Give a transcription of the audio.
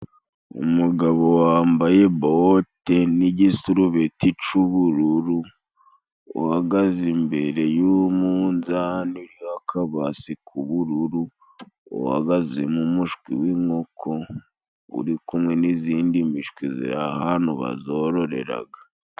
Umugabo wambaye bote n'igisurubeti c'ubururu, uhagaze imbere y'umunzani uriho akabasi k'ubururu, uhagaze n'umushwi w'inkoko uri kumwe n'izindi mishwi ziri ahantu bazororera.